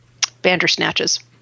bandersnatches